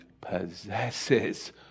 possesses